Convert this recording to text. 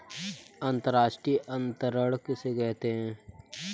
अंतर्राष्ट्रीय अंतरण किसे कहते हैं?